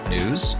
News